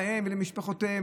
להם ולמשפחותיהם?